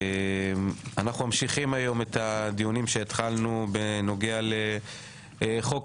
אנחנו ממשיכים היום את הדיונים שהתחלנו בנוגע לחוק